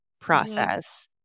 process